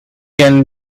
can